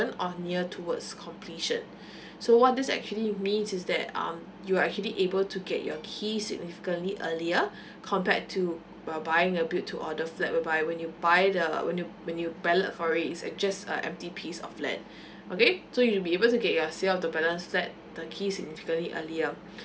or near towards completion so what this actually means is that um you are actually able to get your key significantly earlier compared to uh buying a build to order flat whereby when you buy the when you when you ballot for it is uh just a empty piece of flat okay so you'll be able to get your sale of the balance flat the key significantly earlier